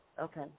Okay